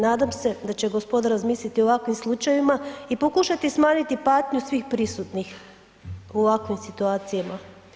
Nadam se da će gospoda razmisliti o ovakvim slučajevima i pokušati smanjiti patnju svih prisutnim u ovakvim situacijama.